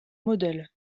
modèle